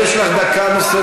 חברת הכנסת, יש לך דקה נוספת.